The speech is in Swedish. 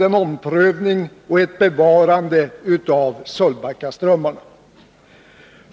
en omprövning och ett bevarande av Sölvbackaströmmarna till stånd.